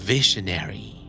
Visionary